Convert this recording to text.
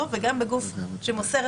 יום שישי הוא יום עסקים?